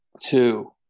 two